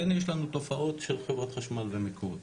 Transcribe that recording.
כן יש לנו תופעות של חברת חשמל ומקורות.